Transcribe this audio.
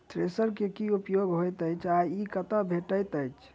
Thresher केँ की उपयोग होइत अछि आ ई कतह भेटइत अछि?